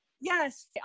Yes